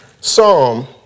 Psalm